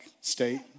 state